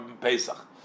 Pesach